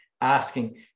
asking